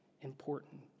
important